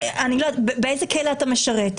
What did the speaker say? תקשיבו, אני לא יודעת, באיזה כלא אתה משרת?